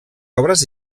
obres